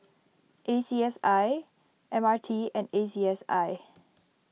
A C S I M R T and A C S I